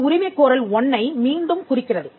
இது உரிமைக் கோரல் 1 ஐ மீண்டும் குறிக்கிறது